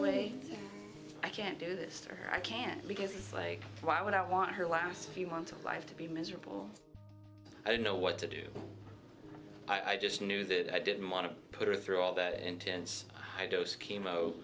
away i can't do this or i can't because it's like why would i want her last few months of life to be miserable i don't know what to do i just knew that i didn't want to put her through all that intense high dose chemo